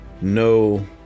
no